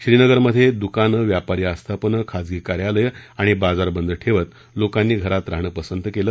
श्रीनगरमध्ये दुकानं व्यापारी आस्थापनं खाजगी कार्यालयं आणि बाजार बंद ठेवत लोकांनी घरात राहण पसंत केलं